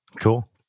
Cool